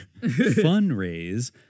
Fundraise